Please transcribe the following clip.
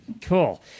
Cool